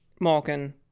Malkin